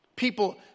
People